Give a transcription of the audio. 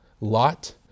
Lot